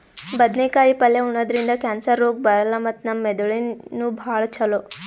ಬದ್ನೇಕಾಯಿ ಪಲ್ಯ ಉಣದ್ರಿಂದ್ ಕ್ಯಾನ್ಸರ್ ರೋಗ್ ಬರಲ್ಲ್ ಮತ್ತ್ ನಮ್ ಮೆದಳಿಗ್ ನೂ ಭಾಳ್ ಛಲೋ